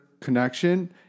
connection